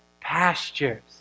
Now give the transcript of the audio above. pastures